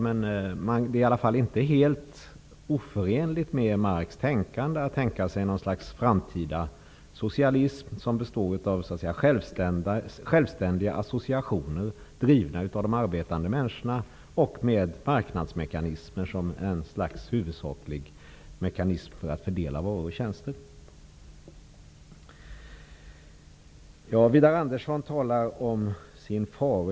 Det är i alla fall inte helt oförenligt med Marx tänkande att tänka sig något slags framtida socialism som består av självständiga associationer, drivna av de arbetande människorna, med marknadskrafter som huvudsaklig mekanism för fördelning av varor och tjänster. Widar Andersson talar om sin far.